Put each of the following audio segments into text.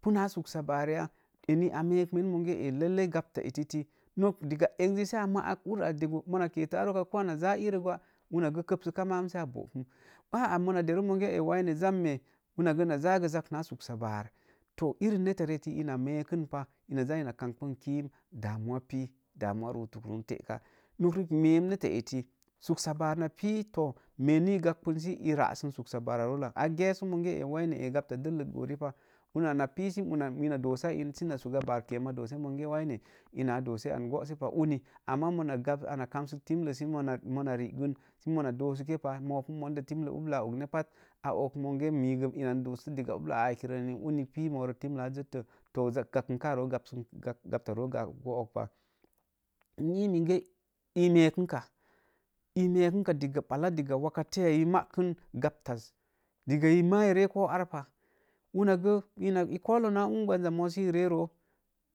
Puna suksa baar ya eni a meek men eni a meek men monge elallai gapta etiti nok diga eriji saa ma'ak meeka dego unagə kəpsə manu saa bo'pa, a'a mona deru monge waine zamme una gəzak na suksa baar to irin netarə eti ina meekn pa ina kamɓn kiim damuwa pii, damuwa ruutk run te'ka noka rik meen neta eti suksa bar na pii to meen ni gaɓɓn sə ara’ suksa baara rollak i geesu monge waine gapta dəllət goo ripa una na pii sə mina doosa in səna suga bar kem a doose monge wai ne ina a doose an go'sepa uni amma mona kamsək timlə sə moua ri'gu sə moua doosekepa ubla a ognek pata ok monge miigə ina n doosn ubla aa ekirən uni pi morə timlə naa zəktə gapta root go'okpa i ii minge i meekuka i meeku diga ɓala diga wakatiya i ma'kn gaptas diga ma iree ko arpa una gə a kolə na unggwanza monz sə i ree roo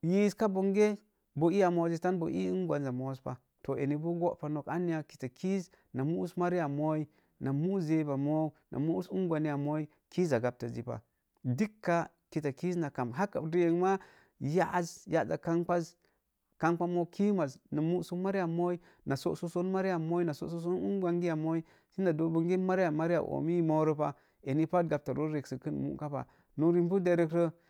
yiiza bonge bo iya moozitan bo ii ungunza moozpa, to eni bo go'pa nok kitakiiz na mu'us mariya mooi na mu'us zeuwa mou na mu'us zenwa mou na mu'us ungwani mooi kiiza gaptəzzipa. Dikka kita kiiz na kam ri ngma ya'azza kamɓa moo kiimaz na mu'aak mun mariya mooi na so'səksaon mariya məriya mooi na so'səkson ungwani mooi səna dook bonge mariqi mariya omiiyipa moorəpa ena pat gapta root reksəkənmu'kapah nokariik dinpu derikarə